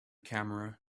camera